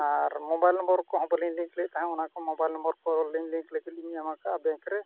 ᱟᱨ mobile number ᱠᱚᱦᱚᱸ ᱵᱟᱞᱤᱧ link ᱞᱮᱫ ᱛᱟᱦᱮᱸ ᱚᱱᱟᱠᱚ ᱢᱳᱵᱟᱭᱤᱞ ᱱᱚᱢᱵᱚᱨᱠᱚ ᱞᱤᱝᱠ ᱞᱟᱹᱜᱤᱫ ᱞᱤᱧ ᱮᱢᱟᱠᱟᱫᱼᱟ ᱵᱮᱝᱠᱨᱮ